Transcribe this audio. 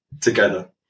together